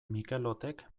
mikelotek